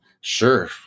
sure